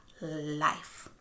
life